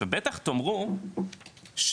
עכשיו בטח תאמרו שמא,